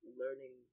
learning